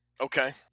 Okay